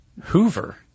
Hoover